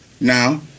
now